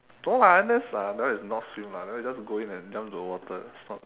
no lah N_S ah that one is not swim lah that one is just go in and jump into the water that's not